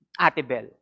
Atibel